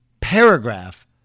paragraph